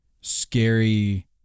scary